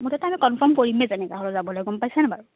মুঠতে আমি কনফাৰ্ম কৰিমেই যেনেকৈ হ'লেও যাবলৈ গম পাইছা নে বাৰু